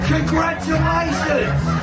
Congratulations